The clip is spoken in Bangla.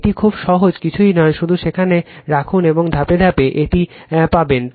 এটি খুব সহজ কিছু নেই শুধু সেখানে রাখুন এবং ধাপ ধাপে এটি পাবেন